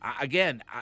Again